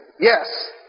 yes